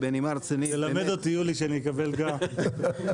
תלמד אותי יולי, שאקבל גם.